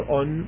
on